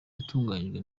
yatunganyijwe